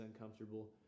uncomfortable